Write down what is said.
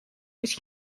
his